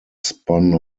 spun